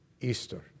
Easter